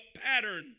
pattern